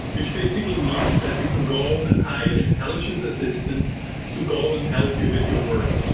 which basically means that you can go and hire intelligent assistant to go and help you with your work.